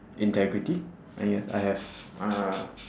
integrity and yes I have uh